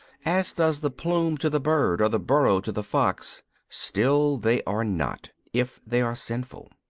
as does the plume to the bird or the burrow to the fox still they are not, if they are sinful.